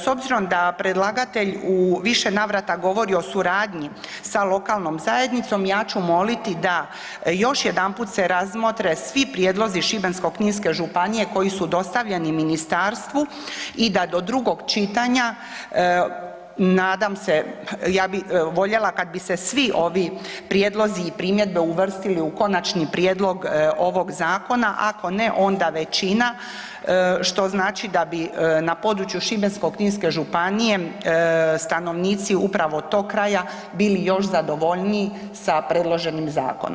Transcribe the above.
S obzirom da predlagatelj u više navrata govori o suradnji sa lokalnom zajednicom, ja ću moliti da još jedanput se razmotre svi prijedlozi Šibensko-kninske županije koji su dostavljeni ministarstvu i da do drugog čitanja, nadam se, ja bih voljela kad bi se svi ovi prijedlozi i primjedbe uvrstili u konačni prijedlog ovog zakona, ako ne, onda većina, što znači da bi na području Šibensko-kninske županije stanovnici upravo tog kraja bili još zadovoljniji sa predloženim zakonom.